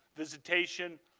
visitation,